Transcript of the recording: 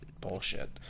bullshit